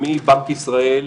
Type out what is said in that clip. מבנק ישראל,